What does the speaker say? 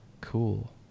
cool